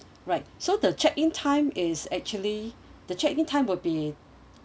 right so the check in time is actually the check in time will be